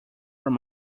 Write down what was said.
from